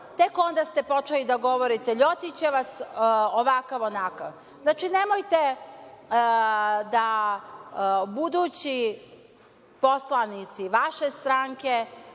tek onda ste počeli da govorite Ljotićevac, ovakav, onakav. Znači, nemojte da budući poslanici vaše stranke,